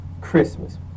Christmas